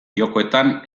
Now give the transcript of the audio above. jokoetan